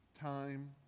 time